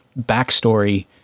backstory